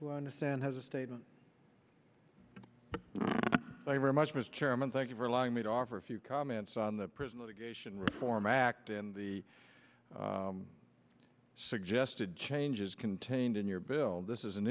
who understand has a statement very much mr chairman thank you for allowing me to offer a few comments on the prison litigation reform act in the suggested changes contained in your bill this is an